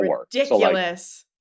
ridiculous